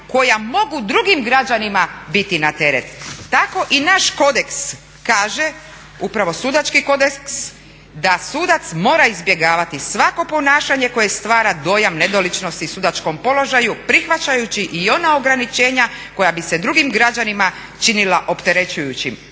koja mogu drugim građanima biti na teret." Tako i naš Kodeks kaže, upravo Sudački kodeks da sudac mora izbjegavati svako ponašanje koje stvara dojam nedoličnosti sudačkom položaju prihvaćajući i ona ograničenja koja bi se drugim građanima činila opterećujućim.